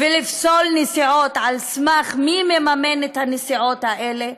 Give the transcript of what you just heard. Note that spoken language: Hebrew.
ולפסול נסיעות על סמך מי שמממן את הנסיעות האלה.